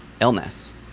illness